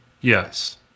Yes